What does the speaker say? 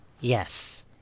yes